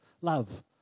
Love